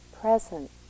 present